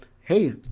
hey